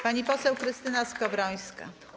Pani poseł Krystyna Skowrońska.